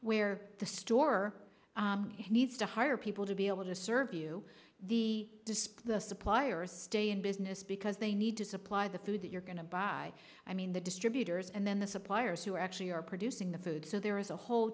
where the store needs to hire people to be able to serve you the disperse the suppliers stay in business because they need to supply the food that you're going to buy i mean the distributors and then the suppliers who actually are producing the food so there is a whole